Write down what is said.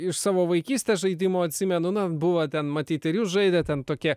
iš savo vaikystės žaidimų atsimenu na buvo ten matyt ir jūs žaidėt ten tokie